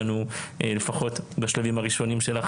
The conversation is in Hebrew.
שלנו להתנהל בצורה אחרת ולמצוא פתרונות בתוך